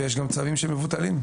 ויש גם צווים שמבוטלים,